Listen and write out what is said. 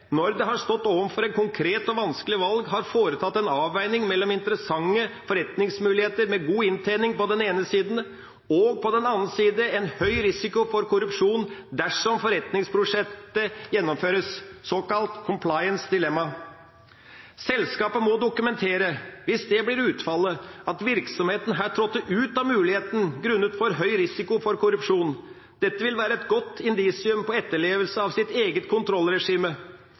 når det har stått overfor et konkret og vanskelig valg, har foretatt en avveining mellom interessante forretningsmuligheter med god inntjening på den ene side, og på den annen side en høy risiko for korrupsjon dersom forretningsprosjektet gjennomføres, såkalt «compliance dilemma». Selskapet må dokumentere, hvis det blir utfallet, at virksomheten her trådte ut av muligheten grunnet for høy risiko for korrupsjon. Dette vil være et godt indisium på etterlevelse av sitt